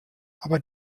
aber